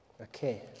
Okay